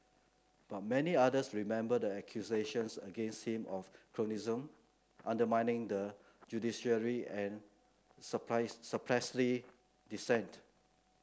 but many others remember the accusations against him of cronyism undermining the judiciary and suppressing dissent